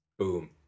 Boom